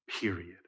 period